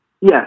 yes